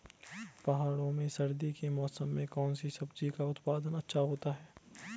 पहाड़ों में सर्दी के मौसम में कौन सी सब्जी का उत्पादन अच्छा होता है?